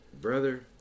brother